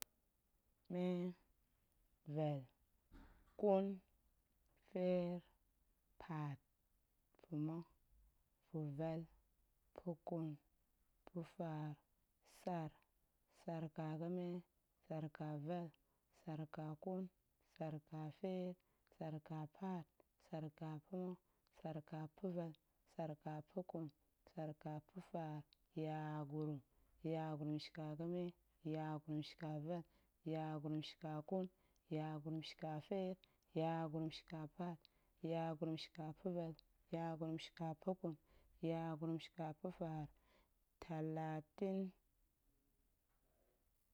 Mee, vel, ƙun, feer, paat, pa̱ma̱, pa̱vel, pa̱ƙun, pa̱faar, tsar, tsar ƙa ga̱me, tsar ƙa vel, tsar ƙa ƙun, tsar ƙa feer, tsar ƙa paat, tsar ƙa pa̱ma̱, tsar ƙa pa̱vel, tsar ƙa pa̱ƙun, tsar ƙa pa̱faar, yagurum, yagurum shiƙa ga̱me, yagurum shiƙa vel, yagurum shiƙa ƙun, yagurum shiƙa feer, yagurum shiƙa paat, yagurum shiƙa pa̱ma̱, yagurum shiƙa pa̱vel, yagurum shiƙa pa̱ƙun, yagurum shiƙa, pa̱faar, talatin.